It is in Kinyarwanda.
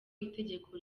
itegeko